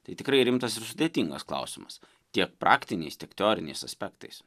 tai tikrai rimtas ir sudėtingas klausimas tiek praktiniais tiek teoriniais aspektais